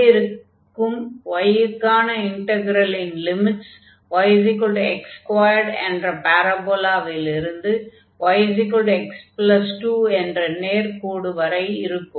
உள்ளே இருக்கும் y க்கான இன்டக்ரலின் லிமிட்ஸ் yx2 என்ற பாரபோலாவிலிருந்து yx2 என்ற நேர்க்கோடு வரை இருக்கும்